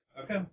Okay